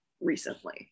recently